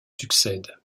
succèdent